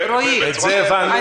את זה הבנו.